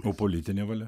o politinė valia